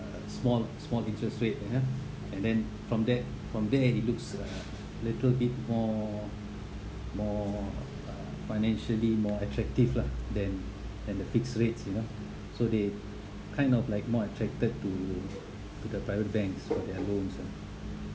uh small small interest rate you know and then from that from there he looks uh a little bit more more uh financially more attractive lah then then the fixed rates you know so they kind of like more attracted to to the private banks for their loans ah